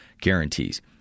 guarantees